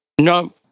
No